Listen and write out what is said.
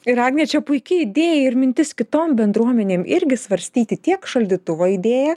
ir agne čia puiki idėja ir mintis kitom bendruomenėm irgi svarstyti tiek šaldytuvo idėją